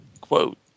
quote